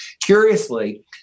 curiously